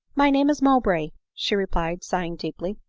my name is mowbray, she replied, sighing deeply.